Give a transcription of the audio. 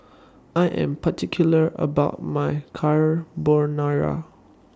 I Am particular about My Carbonara